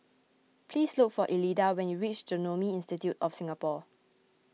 please look for Elida when you reach Genome Institute of Singapore